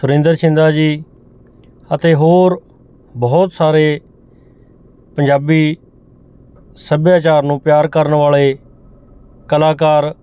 ਸੁਰਿੰਦਰ ਸ਼ਿੰਦਾ ਜੀ ਅਤੇ ਹੋਰ ਬਹੁਤ ਸਾਰੇ ਪੰਜਾਬੀ ਸੱਭਿਆਚਾਰ ਨੂੰ ਪਿਆਰ ਕਰਨ ਵਾਲੇ ਕਲਾਕਾਰ